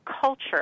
culture